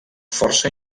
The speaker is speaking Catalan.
força